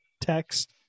text